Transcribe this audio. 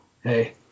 hey